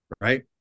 right